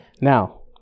Now